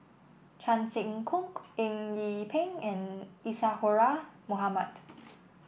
Chan Sek Keong Eng Yee Peng and Isadhora Mohamed